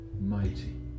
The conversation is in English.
mighty